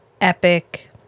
epic